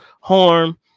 harm